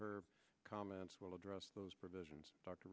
her comments will address those provisions